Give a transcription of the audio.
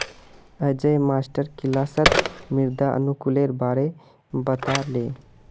अयेज मास्टर किलासत मृदा अनुकूलेर बारे बता ले